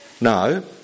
No